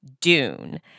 Dune